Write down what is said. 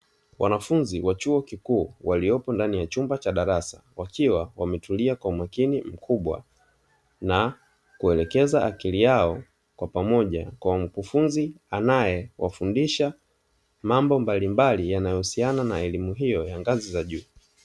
Wanafunzi wa chuo kikuu waliopo ndani ya chumba cha darasa, wakiwa wametulia kwa umakini mkubwa na kuelekeza akili yao kwa pamoja kwa mkufunzi; anayewafundisha mambo mbalimbali yanayohusiana na elimu hiyo ya ngazi za juu.